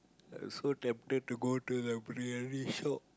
I so tempted to go to the briyani shop